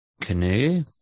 canoe